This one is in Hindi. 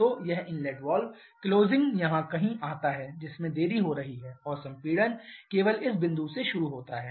तो यह इनलेट वाल्व क्लोजिंग यहां कहीं आता है जिसमें देरी हो रही है और संपीड़न केवल इस बिंदु से शुरू हो सकता है